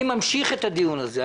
אני ממשיך את הדיון הזה,